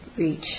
reach